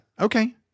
Okay